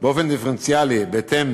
באופן דיפרנציאלי, בהתאם